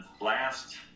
last